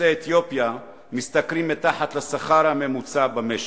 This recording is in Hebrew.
יוצאי אתיופיה משתכרים מתחת לשכר הממוצע במשק.